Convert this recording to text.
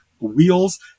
wheels